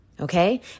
okay